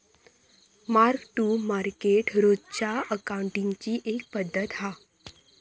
mark to market रोजच्या अकाउंटींगची एक पद्धत हा